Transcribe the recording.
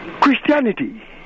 Christianity